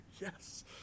yes